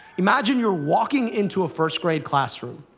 imagine you're walking into a first grade classroom.